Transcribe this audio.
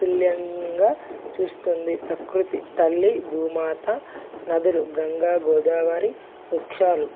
అతుల్యంగా చూస్తుంది ప్రకృతి తల్లి భూమాత నదులు గంగా గోదావరి వృక్షాలు